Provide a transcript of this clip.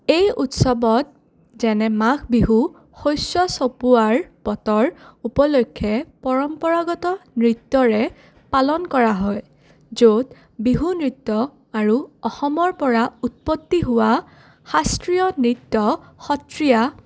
এই উৎসৱত যেনে মাঘ বিহু শস্য চপোৱাৰ বতৰ উপলক্ষে পৰম্পৰাগত নৃত্যৰে পালন কৰা হয় য'ত বিহু নৃত্য আৰু অসমৰ পৰা উৎপত্তি হোৱা শাস্ত্ৰীয় নৃত্য সত্ৰীয়া